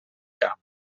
camp